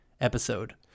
episode